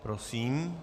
Prosím.